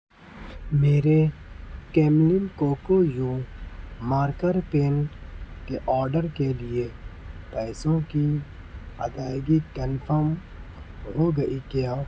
میرے Camlin Kokuyo marker pen کے order کے لیے پیسوں کی ادائیگی کنفرم ہوگئی کیا